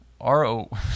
R-O